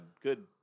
good